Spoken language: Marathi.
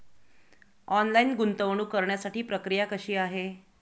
ऑनलाईन गुंतवणूक करण्यासाठी प्रक्रिया कशी आहे?